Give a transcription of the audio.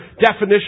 definition